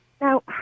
Now